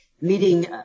meeting